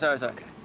so it's ok.